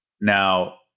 Now